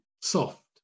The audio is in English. soft